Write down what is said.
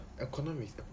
economics